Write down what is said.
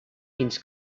fins